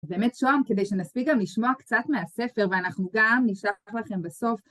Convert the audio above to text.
זה באמת שוהם, כדי שנספיק גם לשמוע קצת מהספר, ואנחנו גם נישלח לכם בסוף...